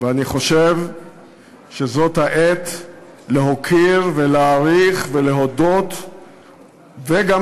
ואני חושב שזו העת להוקיר ולהעריך ולהודות וגם